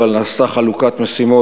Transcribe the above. אבל נעשתה חלוקת משימות,